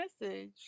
message